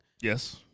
Yes